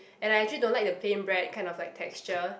and I actually don't like the plain bread kind of like texture